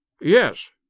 Yes